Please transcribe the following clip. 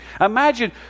Imagine